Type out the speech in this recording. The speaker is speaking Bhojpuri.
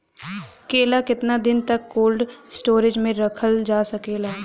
केला केतना दिन तक कोल्ड स्टोरेज में रखल जा सकेला?